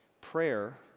Prayer